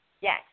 Yes